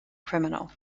criminal